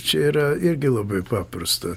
čia yra irgi labai paprasta